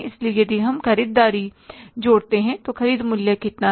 इसलिए यदि हम यहां ख़रीददारी जोड़ते हैं तो ख़रीद मूल्य कितना है